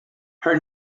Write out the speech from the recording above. her